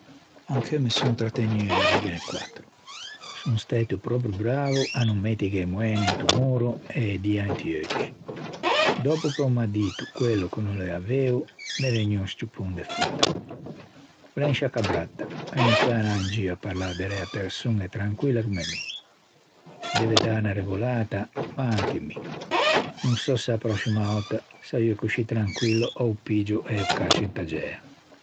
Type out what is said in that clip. Ancheu me son trategnuo da dîghene quattro, son stæto pròprio brao à no mettighe e moen into moro e e die inti euggi. Dòppo che o m'à dito quello ch'o no l'ea veo m'é vegnuo un scciuppon de fotta. O l'é un sciaccabratta e o no peu anâ in gio à parlâ derê a-e persoñe comme mi. Se deve dâ unna regolata, ma anche mi. No sò se a proscima òtta saiò coscì tranquillo, ò piggio e ô caccio inta giæa.